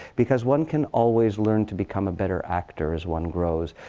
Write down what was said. because one can always learn to become a better actor as one grows.